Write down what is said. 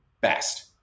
best